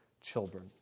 children